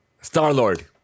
Star-Lord